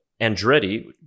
Andretti